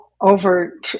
over